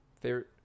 favorite